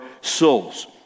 souls